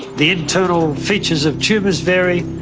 the internal features of tumours vary.